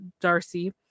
Darcy